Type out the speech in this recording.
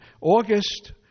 August